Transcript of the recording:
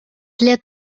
для